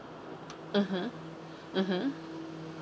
mmhmm mmhmm